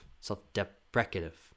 self-deprecative